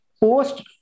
post